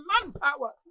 manpower